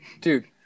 Dude